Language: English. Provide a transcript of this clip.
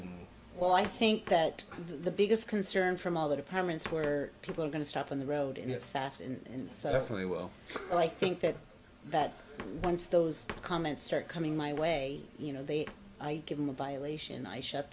and well i think that the biggest concern from all the departments where people are going to stop on the road in that fast and so for me well i think that that once those comments start coming my way you know they i give them a violation i shut